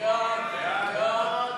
סעיפים 63 82